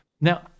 Now